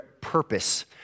purpose